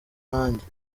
nanjye